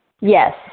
Yes